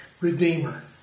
Redeemer